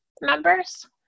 members